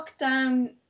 lockdown